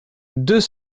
deux